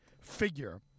figure